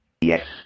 Yes